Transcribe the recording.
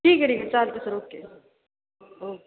ठीक आहे ठीक आहे चालतं सर ओके ओके